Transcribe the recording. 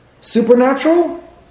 Supernatural